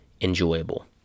enjoyable